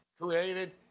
created